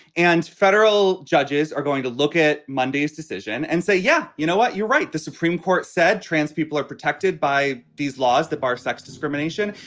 and federal judges are going to look at monday's decision and say, yeah, you know what? you're right. the supreme court said trans people are protected by these laws. the bar sex discrimination.